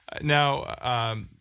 Now –